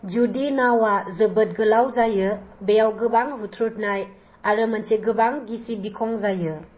जुदि नावा जोबोद गोलाव जायो बेयाव गोबां हुथ्रुदनाय आरो मोनसे गोबां गिसि बिखं जायो